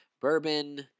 bourbon